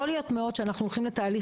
יכול מאוד להיות שאנחנו הולכים לתהליך